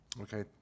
Okay